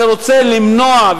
זה רוצה למנוע,